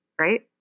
right